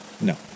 No